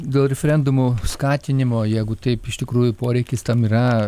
dėl referendumų skatinimo jeigu taip iš tikrųjų poreikis tam yra